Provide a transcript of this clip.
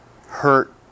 hurt